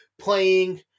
playing